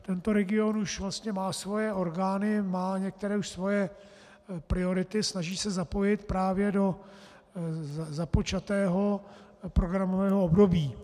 Tento region už vlastně má svoje orgány, má už některé svoje priority, snaží se zapojit právě do započatého programového období.